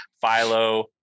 Philo